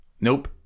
nope